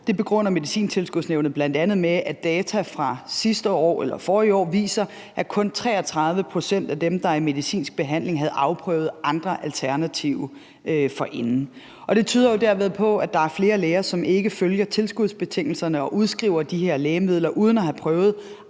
Det begrunder Medicintilskudsnævnet bl.a. med, at data fra forrige år viser, at kun 33 pct. af dem, der er i medicinsk behandling, havde afprøvet andre alternativer forinden. Og det tyder jo derved på, at der er flere læger, som ikke følger tilskudsbetingelserne, og at de udskriver de her lægemidler uden at have prøvet